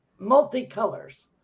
multicolors